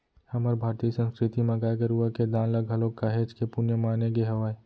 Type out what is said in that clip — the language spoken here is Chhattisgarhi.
हमर भारतीय संस्कृति म गाय गरुवा के दान ल घलोक काहेच के पुन्य माने गे हावय